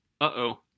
Uh-oh